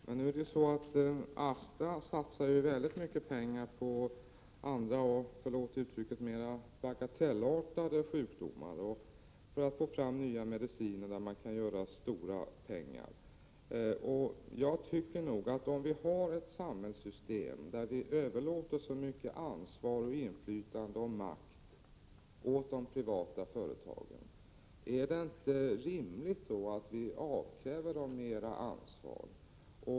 Herr talman! Astra satsar mycket pengar på andra och — föriåt uttrycket — mer bagatellartade sjukdomar, för att få fram nya mediciner på vilka man kan göra stora pengar. Om vi har ett samhällssystem där vi överlåter så mycket ansvar, inflytande och makt åt de privata företagen, är det väl rimligt att vi avkräver dem mer ansvar.